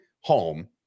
home